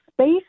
space